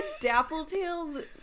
Dappletail's